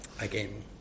Again